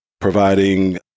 providing